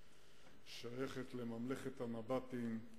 שייכת לממלכת הנבטים,